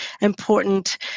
important